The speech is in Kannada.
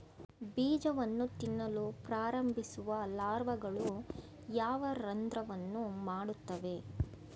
ಬೀಜವನ್ನು ತಿನ್ನಲು ಪ್ರಾರಂಭಿಸುವ ಲಾರ್ವಾಗಳು ಯಾವ ರಂಧ್ರವನ್ನು ಮಾಡುತ್ತವೆ?